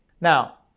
Now